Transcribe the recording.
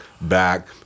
back